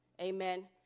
Amen